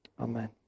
Amen